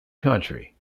country